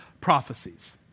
prophecies